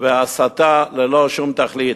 והסתה ללא שום תכלית.